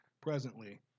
presently